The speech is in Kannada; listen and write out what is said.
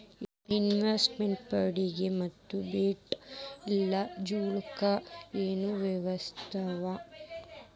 ಇನ್ವೆಸ್ಟಮೆಂಟ್ ಫಂಡಿಗೆ ಮತ್ತ ಬೆಟ್ ಇಲ್ಲಾ ಜೂಜು ಕ ಏನ್ ವ್ಯತ್ಯಾಸವ?